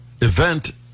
event